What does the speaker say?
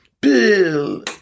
Bill